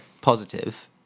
Positive